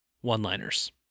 one-liners